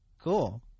cool